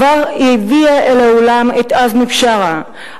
כבר הביאה אל העולם את עזמי בשארה,